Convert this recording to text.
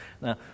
Now